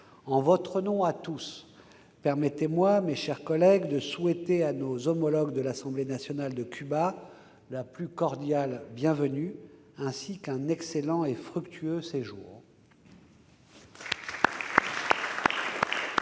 En votre nom à tous, permettez-moi, mes chers collègues, de souhaiter à nos homologues de l'Assemblée nationale de Cuba la plus cordiale bienvenue, ainsi qu'un excellent et fructueux séjour.